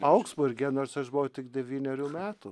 augsburge nors aš buvau tik devynerių metų